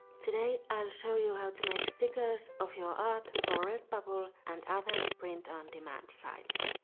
today i'll show you how to make stickers of your art for redbubble and other print on demand sites.